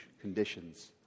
conditions